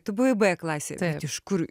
tu buvai b klasėj iš kur